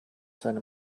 seinem